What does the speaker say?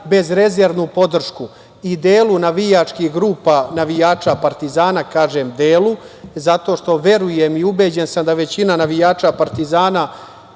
bezrezervnu podršku i delu navijačkih grupa navijača „Partizana“. Kažem delu zato što verujem i ubeđen sam da većina navijača „Partizana“,